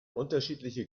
unterschiedliche